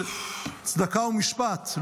של צדקה ומשפט,